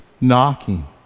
knocking